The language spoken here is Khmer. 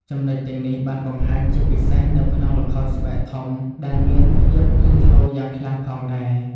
ចំណុចទាំងនេះបានបង្ហាញជាពិសេសនៅក្នុងល្ខោនស្បែកធំដែលមានភាពលេចធ្លោយ៉ាងខ្លាំងផងដែរ ។